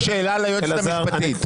שאלה ליועצת המשפטית.